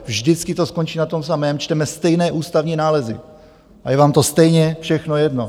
Vždycky to skončí na tom samém: čteme stejné ústavní nálezy, a je vám to stejně všechno jedno.